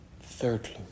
Thirdly